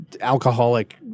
alcoholic